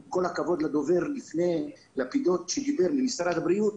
עם כל הכבוד לדובר לפידות שדיבר ממשרד הבריאות,